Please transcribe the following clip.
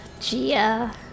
Gia